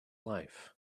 life